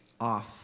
off